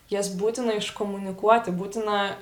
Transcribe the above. jas būtina iškomunikuoti būtina